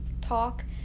talk